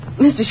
Mr